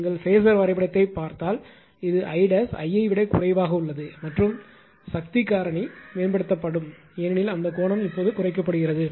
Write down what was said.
நீங்கள் ஃபேஸர் வரைபடத்தைப் பார்த்தால் இந்த 𝐼′ 𝐼 ஐ விடக் குறைவாக உள்ளது மற்றும் சக்தி காரணிபவர் ஃபாக்டர் மேம்படுத்தப்படலாம் ஏனெனில் அந்த கோணம் இப்போது குறைக்கப்படுகிறது